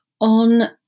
on